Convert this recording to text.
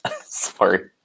sorry